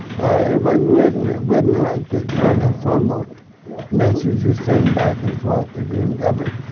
but written ah written like the kind of formal messages sent back and forth between governments.